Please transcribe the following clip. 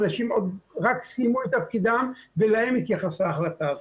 אנשים עוד רק סיימו את תפקידם ולהם התייחסה ההחלטה הזו.